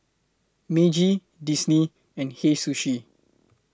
Meiji Disney and Hei Sushi